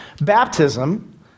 Baptism